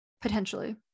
potentially